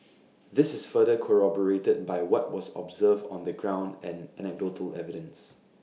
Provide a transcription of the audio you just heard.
this is further corroborated by what was observed on the ground and anecdotal evidence